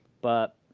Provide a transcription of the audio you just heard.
but